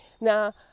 Now